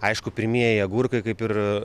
aišku pirmieji agurkai kaip ir